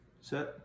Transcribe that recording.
set